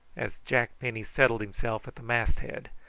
as jack penny settled himself at the masthead,